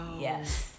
Yes